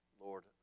Lord